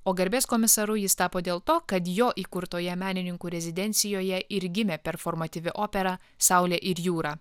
o garbės komisaru jis tapo dėl to kad jo įkurtoje menininkų rezidencijoje ir gimė performatyvi opera saulė ir jūra